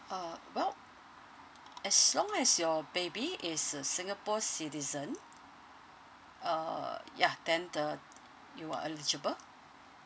uh well as long as your baby is a singapore citizen uh ya then the you are eligible